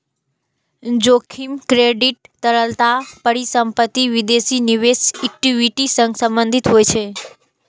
जोखिम क्रेडिट, तरलता, परिसंपत्ति, विदेशी निवेश, इक्विटी सं संबंधित होइ छै